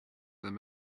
their